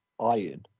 iron